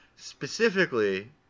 Specifically